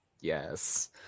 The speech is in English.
Yes